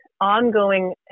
ongoing